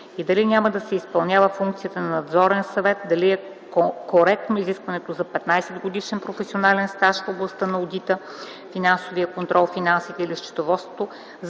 и дали няма да се изпълнява функцията на надзорен съвет, дали е коректно изискването за 15-годишен професионален стаж в областта на одита, финансовия контрол, финансите или счетоводството